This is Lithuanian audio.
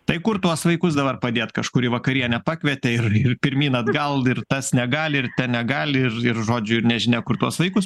tai kur tuos vaikus dabar padėt kažkur į vakarienę pakvietė ir ir pirmyn atgal ir tas negali ir negali ir ir žodžiu ir nežinia kur tuos vaikus